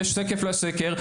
יש שקף לסקר,